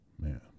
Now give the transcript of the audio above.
Man